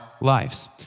lives